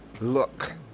look